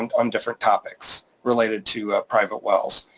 and on different topics related to private wells.